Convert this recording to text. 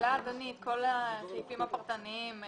ממילא כל הסעיפים הפרטניים,